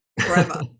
forever